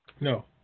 No